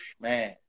man